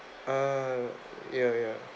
ah ya ya